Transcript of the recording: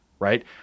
right